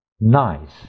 nice